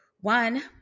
one